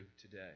today